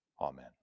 Amen